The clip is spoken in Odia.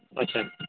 ଆଚ୍ଛା